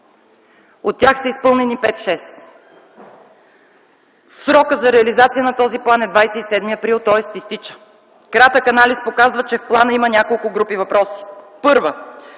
От тях са изпълнени пет-шест. Срокът за реализация на този план е 27 април, тоест изтича. Кратък анализ показва, че в плана има няколко групи въпроси: Първа